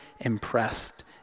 impressed